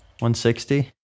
160